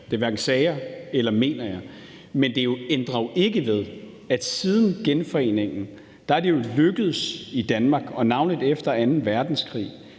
Det hverken sagde jeg eller mener jeg. Men det ændrer jo ikke ved, at det siden genforeningen er lykkedes i Danmark – navnlig efter anden verdenskrig